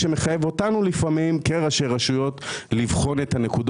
שהתקבלה מתעדפת את החינוך הפרטי על חשבון החינוך הציבורי,